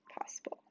possible